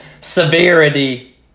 severity